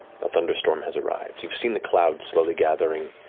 a thunder storm has arrived. you've seen the clouds slowly gathering